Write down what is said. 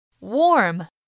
warm